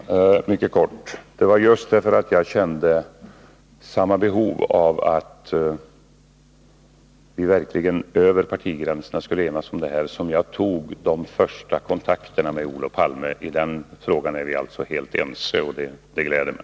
Herr talman! Mycket kort: Det var just därför att jag kände samma behov av att vi verkligen över partigränserna skulle enas om det här som jag tog de första kontakterna med Olof Palme. I den frågan är vi alltså helt ense, och det gläder mig.